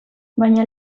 baina